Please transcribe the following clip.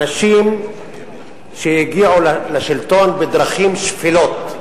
אנשים שהגיע לשלטון בדרכים שפלות.